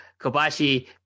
Kobashi